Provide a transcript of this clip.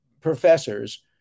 professors